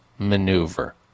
Maneuver